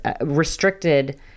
restricted